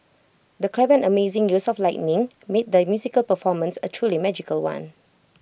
the clever and amazing use of lighting made the musical performance A truly magical one